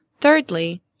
Thirdly